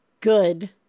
good